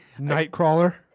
Nightcrawler